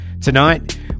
Tonight